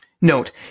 note